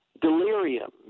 delirium